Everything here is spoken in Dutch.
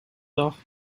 dag